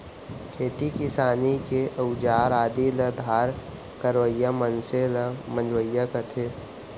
खेती किसानी के अउजार आदि ल धार करवइया मनसे ल मंजवइया कथें